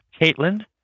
Caitlin